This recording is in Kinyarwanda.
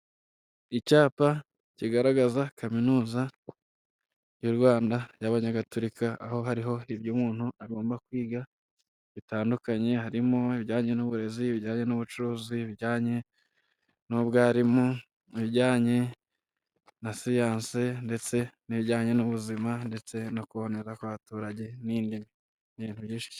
Icyapa kigaragaza Kaminuza y'u Rwanda y'Abanyagatolika, aho hariho ibyo umuntu agomba kwiga bitandukanye, harimo ibijyanye n'uburezi, ibijyanye n'ubucuruzi, ibijyanye n'ubwarimu, ibijyanye na siyanse ndetse n'ibijyanye n'ubuzima ndetse no kuboneka k'abaturage n'indimi ni ibintu byinshi cyane.